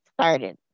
started